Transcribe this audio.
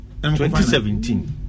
2017